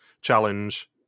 challenge